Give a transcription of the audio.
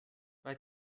weil